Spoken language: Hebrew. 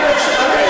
מה זה קשור?